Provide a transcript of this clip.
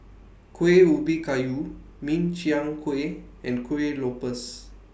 Kuih Ubi Kayu Min Chiang Kueh and Kuih Lopes